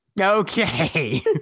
Okay